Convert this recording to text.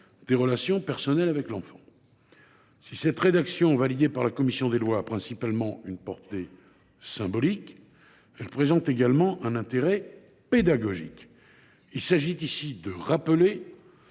des relations personnelles avec l’enfant. Si cette rédaction, validée par la commission des lois, a une portée essentiellement symbolique, elle présente également un intérêt pédagogique. Il s’agit ici de rappeler